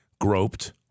groped